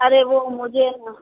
अरे वो मुझे न